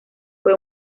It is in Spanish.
fue